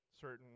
certain